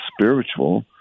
spiritual